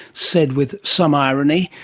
said with some irony.